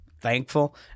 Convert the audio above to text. thankful